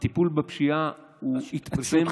הטיפול בפשיעה התעצם,